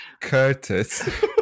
Curtis